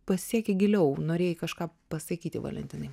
pasieki giliau norėjai kažką pasakyti valentinai